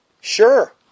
Sure